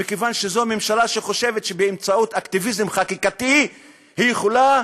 מכיוון שזו ממשלה שחושבת שבאמצעות אקטיביזם חקיקתי היא יכולה